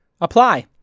apply